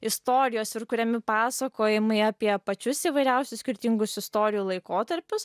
istorijos ir kuriami pasakojimai apie pačius įvairiausius skirtingus istorijų laikotarpius